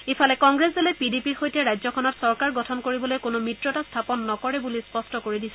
ইফালে কংগ্ৰেছ দলে পি ডি পিৰ সৈতে ৰাজ্যখনত চৰকাৰ গঠন কৰিবলৈ কোনো মিত্ৰতা স্থাপন নকৰে বুলি স্পষ্ট কৰি দিছে